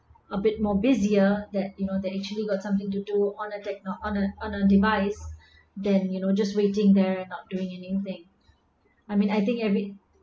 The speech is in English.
a bit more busier that you know they actually got something to do on a techno~ on a on a device then you know just waiting there and not doing anything I mean I think every